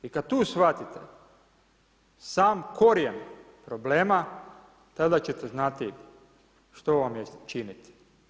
I kad tu shvatite sam korijen problema, tada će te znati što vam je činiti.